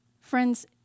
Friends